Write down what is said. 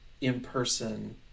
in-person